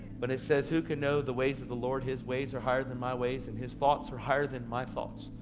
but it says who can know the ways of the lord, his ways are higher than my ways, and his thoughts are higher than my thoughts.